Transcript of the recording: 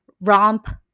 romp